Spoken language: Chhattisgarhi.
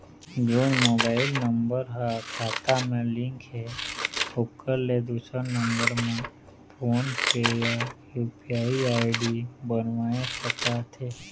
जोन मोबाइल नम्बर हा खाता मा लिन्क हे ओकर ले दुसर नंबर मा फोन पे या यू.पी.आई आई.डी बनवाए सका थे?